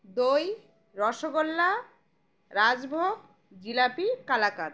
দই রসগোল্লা রাজভোগ জিলাপি কালাকাঁদ